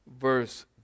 verse